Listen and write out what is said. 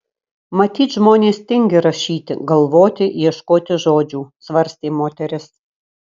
matyt žmonės tingi rašyti galvoti ieškoti žodžių svarstė moteris